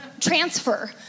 transfer